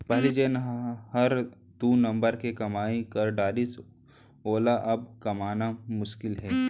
पहिली जेन हर दू नंबर के कमाई कर डारिस वोला अब कमाना मुसकिल हे